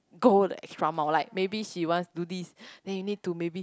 go the extra mile like maybe she wants do this then you need to maybe